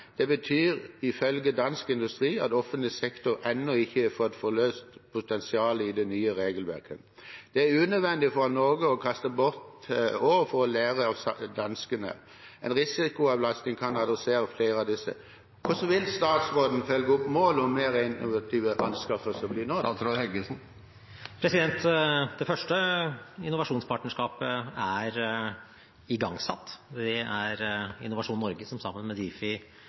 betyr, ifølge Dansk Industri, at offentlig sektor ennå ikke har fått forløst potensialet i det nye regelverket …» Det er unødvendig for Norge å kaste bort år for å lære av danskene. En risikoavlastning kan redusere flere av disse barrierene. Hvordan vil statsråden følge opp om målet om mer innovative anskaffelser blir nådd? Det første innovasjonspartnerskapet er igangsatt. Det er Innovasjon Norge som sammen med Difi